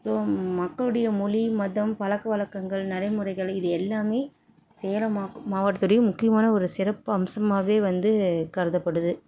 so மக்களுடைய மொழி மதம் பழக்க வழக்கங்கள் நடைமுறைகள் இது எல்லாமே சேலம் மாவ மாவட்டத்துடைய முக்கியமான ஒரு சிறப்பு அம்சமாகவே வந்து கருதப்படுது